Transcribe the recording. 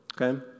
okay